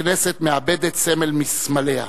הכנסת מאבדת סמל מסמליה.